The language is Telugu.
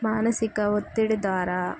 మానసిక ఒత్తిడి ద్వారా